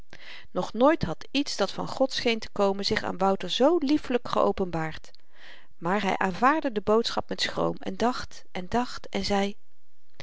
nog nooit had iets dat van god scheen te komen zich aan wouter zoo liefelyk geopenbaard maar hy aanvaardde de boodschap met schroom en dacht en dacht en zei